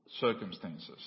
circumstances